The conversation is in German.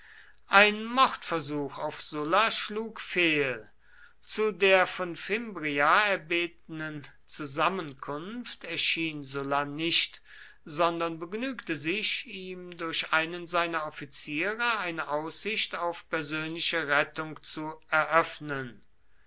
ein mordversuch auf sulla schlug fehl zu der von fimbria erbetenen zusammenkunft erschien sulla nicht sondern begnügte sich ihm durch einen seiner offiziere eine aussicht auf persönliche rettung zu eröffnen